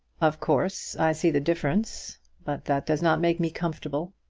of course, i see the difference but that does not make me comfortable.